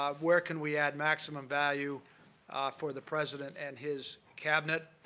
um where can we add maximum value for the president and his cabinet.